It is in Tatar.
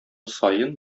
саен